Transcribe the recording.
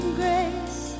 grace